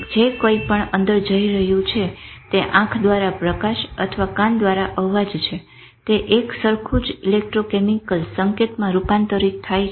જે કંઈપણ અંદર જઈ રહ્યું છે તે આંખ દ્વારા પ્રકાશ અથવા કાન દ્વારા અવાજ છે તે એક સરખું જ ઇલેક્ટ્રોકેમિકલ સંકેતમાં રૂપાંતરિત થાય છે